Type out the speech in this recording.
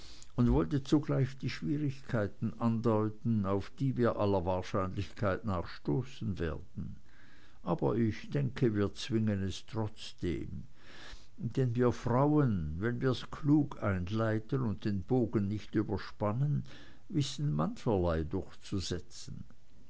und wollte zugleich die schwierigkeiten andeuten auf die wir aller wahrscheinlichkeit nach stoßen werden aber ich denke wir zwingen es trotzdem denn wir frauen wenn wir's klug einleiten und den bogen nicht überspannen wissen mancherlei durchzusetzen